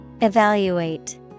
Evaluate